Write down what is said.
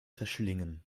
verschlingen